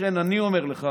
לכן אני אומר לך